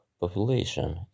population